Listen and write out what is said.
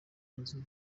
mazi